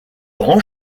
rend